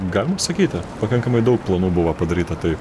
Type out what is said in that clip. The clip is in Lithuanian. galim sakyti pakankamai daug planų buvo padaryta tai